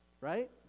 right